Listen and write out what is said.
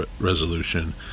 resolution